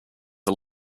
are